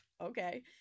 okay